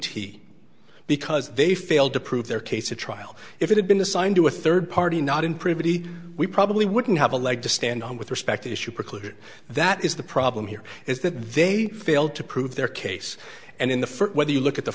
t because they failed to prove their case to trial if it had been assigned to a third party not in privity we probably wouldn't have a leg to stand on with respect issue precluded that is the problem here is that they failed to prove their case and in the first whether you look at the